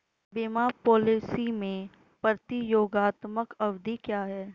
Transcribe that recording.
बीमा पॉलिसी में प्रतियोगात्मक अवधि क्या है?